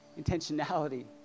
intentionality